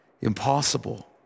Impossible